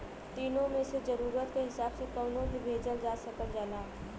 तीनो मे से जरुरत क हिसाब से कउनो भी भेजल जा सकल जाला